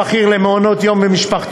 5. אגף בכיר למעונות יום ומשפחתונים,